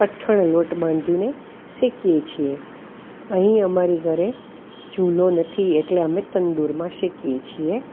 કઠણ લોટ બાંધીને શેકીએ છીએ અહીં અમારી ઘરે ચૂલો નથી એટલે અમે તંદુરમાં શેકીએ છીએ